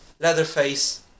Leatherface